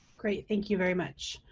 great, thank you very much.